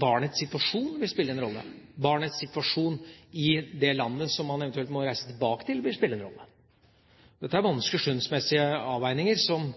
barnets situasjon vil spille en rolle, barnets situasjon i det landet man eventuelt må reise tilbake til, vil spille en rolle. Dette er vanskelige, skjønnsmessige avveininger som